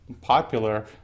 popular